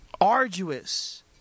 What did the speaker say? arduous